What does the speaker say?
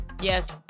Yes